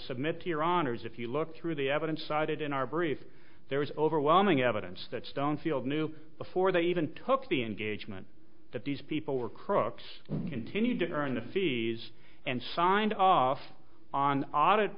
submit to your honor's if you look through the evidence cited in our brief there was overwhelming evidence that stone field knew before they even took the engagement that these people were crooks continued to earn the fees and signed off on audit